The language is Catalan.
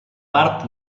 part